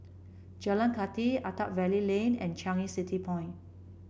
Jalan Kathi Attap Valley Lane and Changi City Point